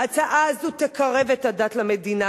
ההצעה הזו תקרב את הדת למדינה.